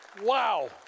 Wow